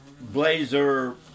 blazer